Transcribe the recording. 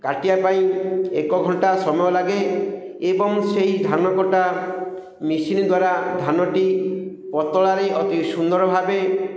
କାଟିବା ପାଇଁ ଏକ ଘଣ୍ଟା ସମୟ ଲାଗେ ଏବଂ ସେଇ ଧାନ କଟା ମେସିନ୍ ଦ୍ୱାରା ଧାନଟି ପତଳାରେ ଅତି ସୁନ୍ଦର ଭାବେ